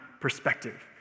perspective